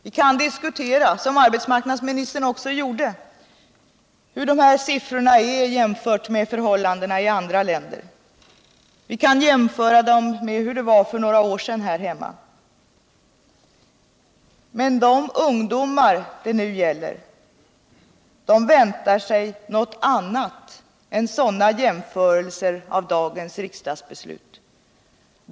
Vi kan diskutera, som arbetsmarknadsministern också gjorde, hur siffrorna är jämfört med förhållandena i andra länder. Vi kan jämföra dem med hur det var för några år sedan här hemma. Men de ungdomar det nu gäller väntar sig nägot annat än sådana jämförelser av dagens riksdagsbeslut.